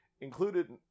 included